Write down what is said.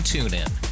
TuneIn